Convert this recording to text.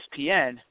ESPN